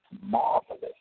marvelous